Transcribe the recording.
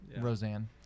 Roseanne